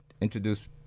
introduce